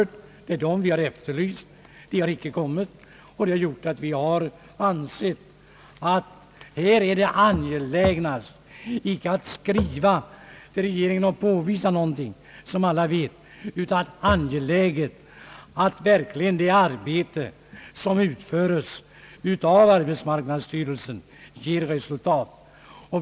Det är emellertid konkreta förslag som vi har efterlyst. Sådana har inte lämnats, vilket har gjort att vi har ansett att det angelägnaste inte är att skriva till regeringen och påvisa någonting som alla vet, utan att det arbete som utföres på arbetsmarknadsstyrelsen verkligen ger resultat.